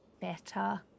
better